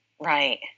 Right